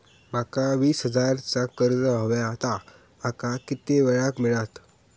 माका वीस हजार चा कर्ज हव्या ता माका किती वेळा क मिळात?